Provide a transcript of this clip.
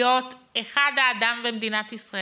להיות כאחד האדם במדינת ישראל.